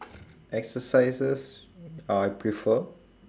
exercises I prefer